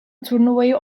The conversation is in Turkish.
turnuvayı